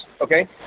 Okay